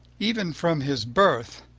even from his birth,